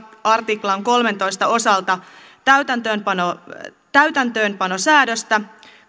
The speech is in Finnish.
artiklan kolmeltatoista osalta täytäntöönpanosäädöstä täytäntöönpanosäädöstä